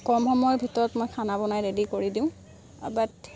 কম সময়ৰ ভিতৰত মই খানা বনাই ৰেডি কৰি দিওঁ বাট